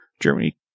Germany